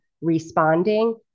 responding